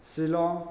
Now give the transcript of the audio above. Shillong